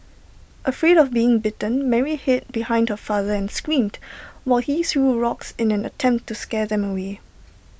afraid of being bitten Mary hid behind her father and screamed while he threw rocks in an attempt to scare them away